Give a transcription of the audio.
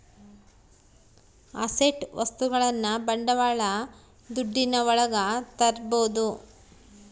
asset ವಸ್ತುಗಳನ್ನ ಬಂಡವಾಳ ದುಡ್ಡಿನ ಒಳಗ ತರ್ಬೋದು